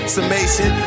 Summation